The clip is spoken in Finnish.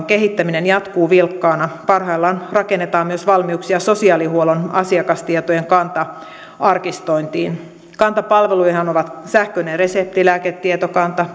kehittäminen jatkuu vilkkaana parhaillaan rakennetaan myös valmiuksia sosiaalihuollon asiakastietojen kanta arkistointiin kanta palvelujahan ovat sähköinen reseptilääketietokanta